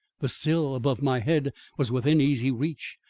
the sill above my head was within easy reach,